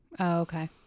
okay